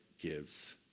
gives